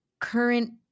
current